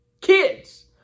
Kids